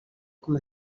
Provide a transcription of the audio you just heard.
com